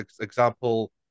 example